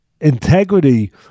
integrity